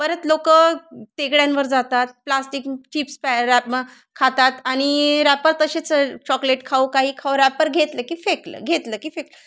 परत लोक टेकड्यांवर जातात प्लास्टिक चिप्स पॅम खातात आणि रॅपर तसेच चॉकलेट खाऊ काही खाऊ रॅपर घेतलं की फेकलं घेतलं की फेकलं